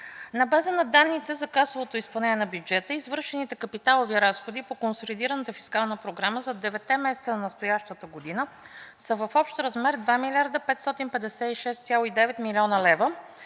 На базата на данните за касовото изпълнение на бюджета и извършените капиталови разходи по консолидираната фискална програма за 9-те месеца на настоящата година са в общ размер 2 млрд. 556,9 млн. лв.,